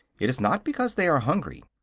it is not because they are hungry.